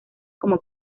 como